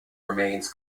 remains